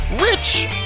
rich